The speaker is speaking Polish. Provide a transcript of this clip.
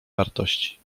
wartości